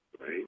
right